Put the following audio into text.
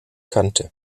kannte